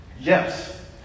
Yes